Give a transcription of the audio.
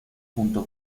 junto